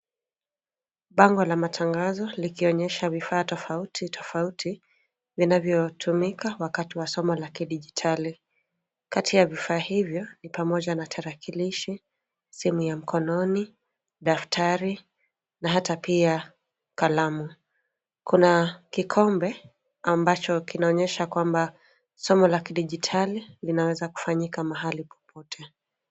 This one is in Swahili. Bango la matangazo likionyesha vifaa tofauti tofauti vinavyotumika wakati wa somo la kidijitali. Kati ya vifaa hivyo ni pamoja na tarakilishi, simu ya mkononi, daftari na hata pia kalamu. Kuna kikombe ambacho kinaonyesha kwamba somo la kidijitali linaweza kufanyika mahali popote.